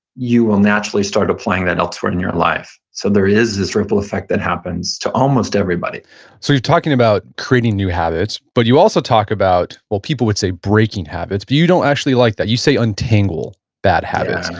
you will naturally start applying that elsewhere in your life. so there is this ripple effect that happens to almost everybody so you're talking about creating new habits, but you also talk about, well, people would say breaking habits, but you don't actually like that. you say untangle bad habits.